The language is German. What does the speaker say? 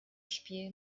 spiel